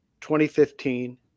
2015